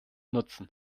nutzen